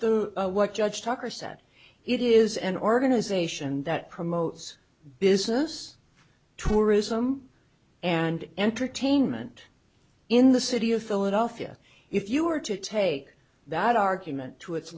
the what judge tucker said it is an organization that promotes business tourism and entertainment in the city of philadelphia if you were to take that argument to